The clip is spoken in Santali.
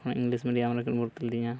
ᱛᱚᱠᱷᱚᱱ ᱤᱝᱞᱤᱥ ᱢᱤᱰᱤᱭᱟᱢ ᱨᱮᱠᱤᱱ ᱵᱷᱚᱨᱛᱤ ᱞᱤᱫᱤᱧᱟ